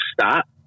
stop